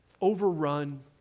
overrun